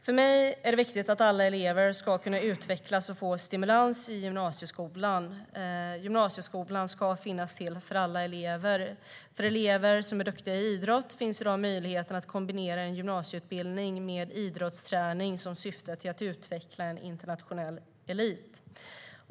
För mig är det viktigt att alla elever ska kunna utvecklas och få stimulans i gymnasieskolan. Gymnasieskolan ska finnas till för alla elever. För elever som är duktiga i idrott finns i dag möjligheten att kombinera en gymnasieutbildning med idrottsträning som syftar till att utveckla en internationell elit.